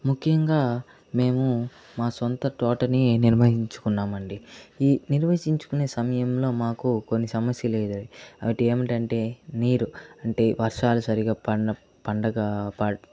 ముఖ్యంగా మేము మా సొంత తోటని నిర్వహించుకున్నామండి ఈ నిర్వహించుకునే సమయంలో మాకు కొన్ని సమస్య లేదురయ్యాయి వాటి ఏమిటంటే నీరు అంటే వర్షాలు సరిగ్గా పండ పండగ